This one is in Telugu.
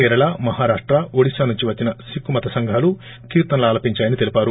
కేరళ మహారాష్ట ఒడిసా నుంచి వచ్చిన సిక్కు మత సంఘాలు కీర్తనలు ఆలపింయని తెలిపారు